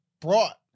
brought